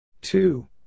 Two